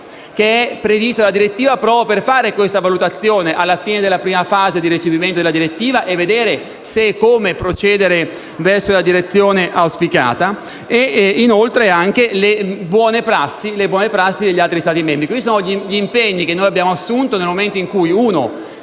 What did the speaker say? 41, è incaricato proprio di effettuare la valutazione alla fine della prima fase di recepimento della direttiva, per vedere se e come procedere verso la direzione auspicata. Infine, ricordo le buone prassi degli altri Stati membri. Questi sono gli impegni che abbiamo assunto nel momento in cui si